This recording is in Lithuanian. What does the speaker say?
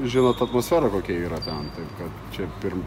žinot atmosfera kokia yra ten taip kad čia pirm